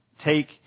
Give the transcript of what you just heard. take